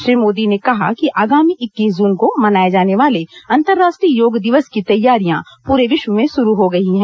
श्री मोदी ने कहा कि आगामी इक्कीस जून को मनाए जाने वाले अन्तर्राष्ट्रीय योग दिवस की तैयारियां पूरे विश्व में शुरू हो गई हैं